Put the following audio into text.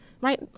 right